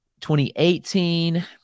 2018